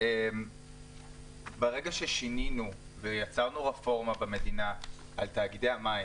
ברגע ששינינו ויצרנו רפורמה של תאגיד המים,